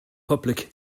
public